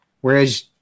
whereas